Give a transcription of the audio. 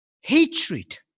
hatred